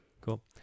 Cool